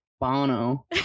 bono